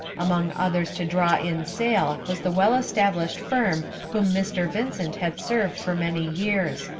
among others to draw in sail was the well-established firm whom mr. vincent had served for many years.